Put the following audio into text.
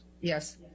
yes